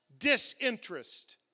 disinterest